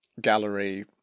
gallery